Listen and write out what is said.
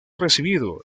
recibido